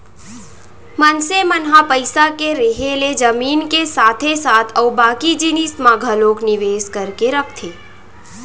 मनसे मन ह पइसा के रेहे ले जमीन के साथे साथ अउ बाकी जिनिस म घलोक निवेस करके रखथे